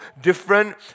different